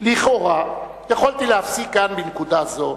לכאורה יכולתי להפסיק כאן, בנקודה הזאת,